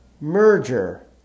merger